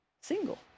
single